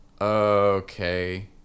okay